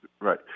Right